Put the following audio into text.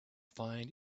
find